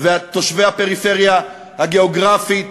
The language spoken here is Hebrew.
ותושבי הפריפריה הגיאוגרפית,